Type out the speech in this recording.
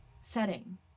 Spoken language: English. setting